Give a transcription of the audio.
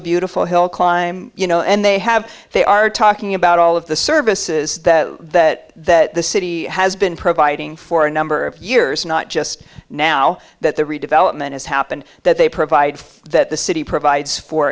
a beautiful hill climb you know and they have they are talking about all of the services that the city has been providing for a number of years not just now that the redevelopment has happened that they provide that the city provides for